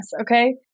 okay